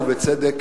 ובצדק,